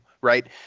right